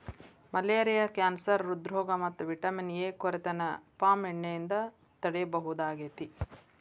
malaria cancer ಹ್ರೃದ್ರೋಗ ಮತ್ತ vitamin A ಕೊರತೆನ ಪಾಮ್ ಎಣ್ಣೆಯಿಂದ ತಡೇಬಹುದಾಗೇತಿ